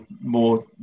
more